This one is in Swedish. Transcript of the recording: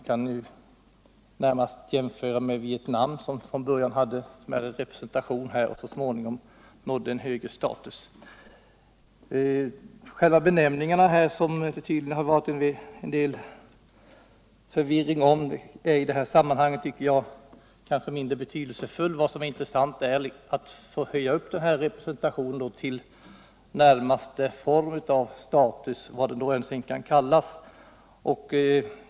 Man kan närmast jämföra med den representation för Vietnam som vi hade här. Från början var den av mindre omfattning, men så småningom fick den en högre status. Det har tydligen rått förvirring om själva benämningen på en sådan här representation, men den frågan är enligt min mening mindre betydelsefull i detta sammanhang. Vad som är intressant är att höja denna representation till närmaste form av status — vad den nu kan kallas.